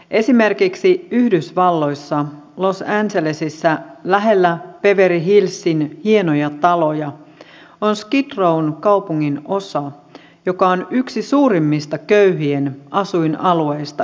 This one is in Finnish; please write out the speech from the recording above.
esimerkiksi yhdysvalloissa los angelesissa lähellä beverly hillsin hienoja taloja on skid rown kaupunginosa joka on yksi suurimmista köyhien asuinalueista yhdysvalloissa